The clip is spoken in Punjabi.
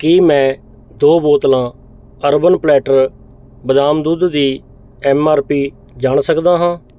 ਕੀ ਮੈਂ ਦੋ ਬੋਤਲਾਂ ਅਰਬਨ ਪਲੈਟਰ ਬਦਾਮ ਦੁੱਧ ਦੀ ਐੱਮ ਆਰ ਪੀ ਜਾਣ ਸਕਦਾ ਹਾਂ